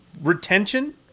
retention